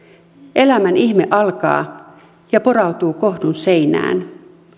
elämän ihme alkaa ja porautuu kohdun seinään